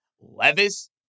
Levis